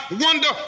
wonder